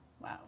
Wow